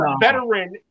veteran